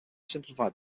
simplified